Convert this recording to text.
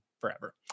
forever